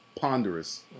Ponderous